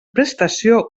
prestació